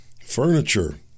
furniture